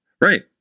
Right